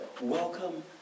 welcome